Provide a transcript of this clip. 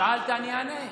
שאלת, אני אענה.